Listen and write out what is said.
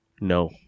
No